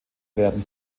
werden